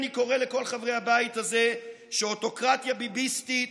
אני קורא לכל חברי הבית הזה שאוטוקרטיה ביביסטית